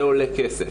זה עולה כסף,